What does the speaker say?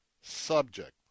subject